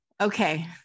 okay